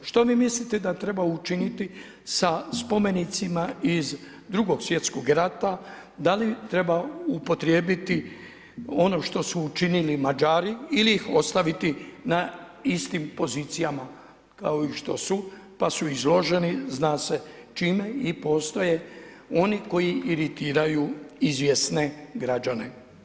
Što vi mislite da treba učiniti sa spomenicima iz II. svjetskog rata, da li treba upotrijebiti ono što su učinili Mađari ili ih ostaviti na istim pozicijama, kao i što su, pa su izloženi zna se čime i postoje oni koji iritiraju izvjesne građane?